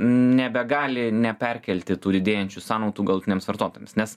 nebegali neperkelti tų didėjančių sąnaudų galutiniams vartotojams nes